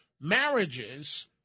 marriages